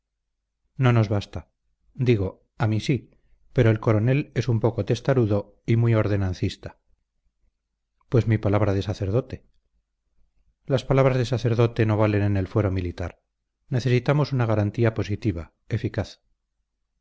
no nos basta digo a mí sí pero el coronel es un poco testarudo y muy ordenancista pues mi palabra de sacerdote las palabras de sacerdote no valen en el fuero militar necesitamos una garantía positiva eficaz